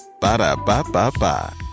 Ba-da-ba-ba-ba